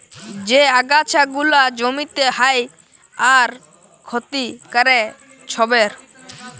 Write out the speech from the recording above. যে আগাছা গুলা জমিতে হ্যয় আর ক্ষতি ক্যরে ছবের